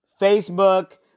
Facebook